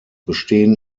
bestehen